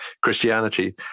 christianity